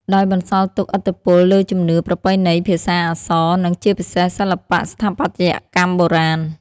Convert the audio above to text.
ដោយបន្សល់ទុកឥទ្ធិពលលើជំនឿ ប្រពៃណី ភាសា អក្សរ និងជាពិសេសសិល្បៈស្ថាបត្យកម្មបុរាណ។